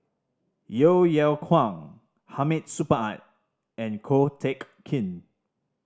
Yeo Yeow Kwang Hamid Supaat and Ko Teck Kin